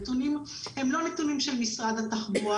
הנתונים הם לא של משרד התחבורה.